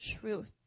truth